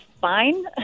fine